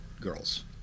girls